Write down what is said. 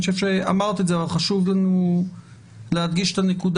אני חושב שאמרת את זה אבל חשוב לנו להדגיש את הנקודה